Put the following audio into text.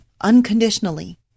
unconditionally